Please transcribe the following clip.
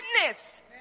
witness